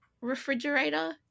refrigerator